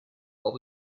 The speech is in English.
what